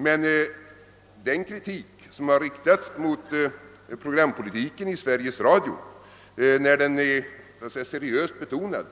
Men den kritik som har riktats mot programpolitiken i Sveriges Radio har, när den varit seriöst betonad,